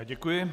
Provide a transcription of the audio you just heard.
Děkuji.